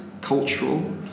cultural